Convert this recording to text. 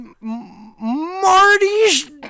Marty's